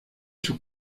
sus